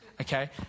Okay